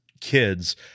kids